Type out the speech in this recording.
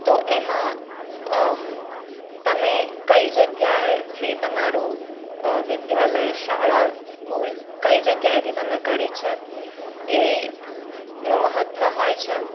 તો એમાં તમે કઈ જગ્યાએથી તમારું વિદ્યાલય શાળા સ્કૂલ કઈ જગ્યાએથી તમે કરી છે એનું મહત્ત્વ હોય છે